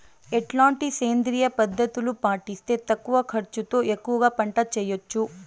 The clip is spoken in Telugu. ఎట్లాంటి సేంద్రియ పద్ధతులు పాటిస్తే తక్కువ ఖర్చు తో ఎక్కువగా పంట చేయొచ్చు?